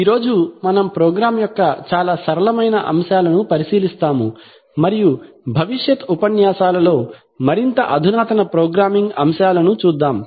ఈ రోజు మనం ప్రోగ్రామ్ యొక్క చాలా సరళమైన అంశాలను పరిశీలిస్తాము మరియు భవిష్యత్ ఉపన్యాసాలలో మరింత అధునాతన ప్రోగ్రామింగ్ అంశాలను చూద్దాం